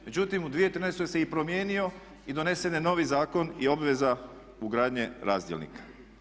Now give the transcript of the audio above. Međutim, u 2013. se promijenio i donesen je novi zakon i obveza ugradnje razdjelnika.